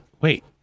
wait